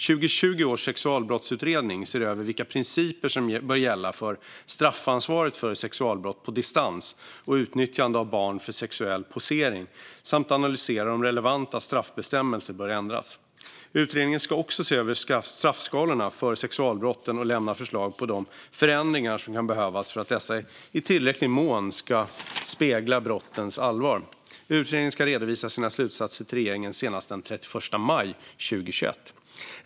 2020 års sexualbrottsutredning ser över vilka principer som bör gälla för straffansvaret för sexualbrott på distans och utnyttjande av barn för sexuell posering samt analyserar om relevanta straffbestämmelser bör ändras. Utredningen ska också se över straffskalorna för sexualbrotten och lämna förslag på de förändringar som kan behövas för att dessa i tillräcklig mån ska spegla brottens allvar. Utredningen ska redovisa sina slutsatser till regeringen senast den 31 maj 2021.